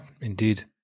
indeed